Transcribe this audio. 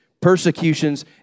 persecutions